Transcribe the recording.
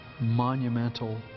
monumental